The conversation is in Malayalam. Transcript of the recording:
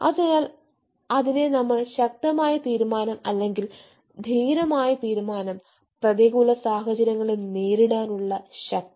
അതിനാൽ അതിനെ നമ്മൾ ശക്തമായ തീരുമാനം അല്ലെങ്കിൽ ധീരമായ തീരുമാനം പ്രതികൂല സാഹചര്യങ്ങളെ നേരിടാനുള്ള ശക്തി